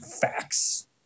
facts